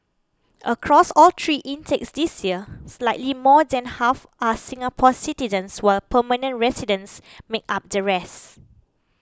across all three intakes this year slightly more than half are Singapore citizens while permanent residents make up the rests